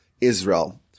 Israel